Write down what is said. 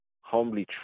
humbly